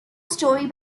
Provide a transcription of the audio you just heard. story